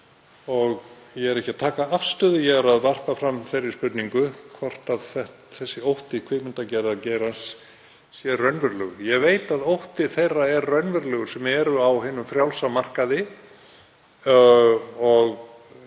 Ég er ekki að taka afstöðu, ég er að varpa fram þeirri spurningu hvort þessi ótti kvikmyndageirans sé raunverulegur. Ég veit að ótti þeirra er raunverulegur sem eru á hinum frjálsa markaði og allir